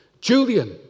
Julian